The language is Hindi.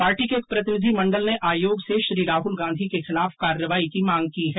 पार्टी के एक प्रतिनिधिमंडल ने आयोग से श्री राहुल गांधी के खिलाफ कार्रवाई की मांग की है